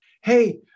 hey